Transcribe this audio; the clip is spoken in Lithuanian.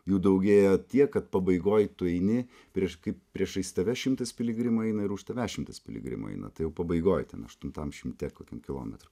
jų daugėjo tiek kad pabaigoj tu eini prieš kaip priešais tave šimtas piligrimų eina ir už tavęs šimtas piligrimų eina tai jau pabaigoj ten aštuntam šimte kokiam kilometrų